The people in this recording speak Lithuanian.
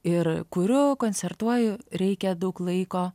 ir kuriu koncertuoju reikia daug laiko